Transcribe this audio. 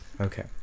okay